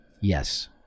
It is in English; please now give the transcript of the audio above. yes